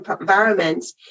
environments